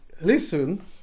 listen